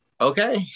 okay